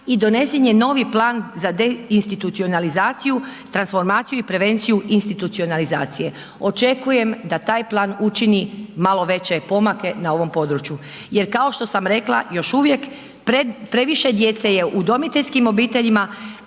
i donesen je novi plan za deinstitucionalizaciju, transformaciju i prevenciju institucionalizacije. Očekujem da taj plan učini malo veće pomake na ovom području. Jer kao što sam rekla, još uvije, previše djece je u udomiteljskim obiteljima,